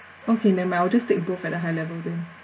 okay never mind I will just take both at the high level then